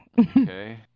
Okay